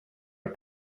are